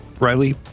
Riley